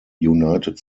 united